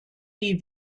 die